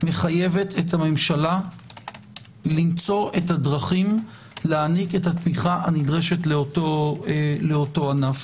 מחייבת את הממשלה למצוא את הדרכים להעניק את התמיכה הנדרשת לאותו ענף.